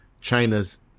china's